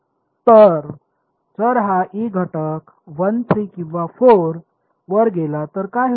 तर जर हा e घटक 1 3 किंवा 4 वर गेला तर काय होईल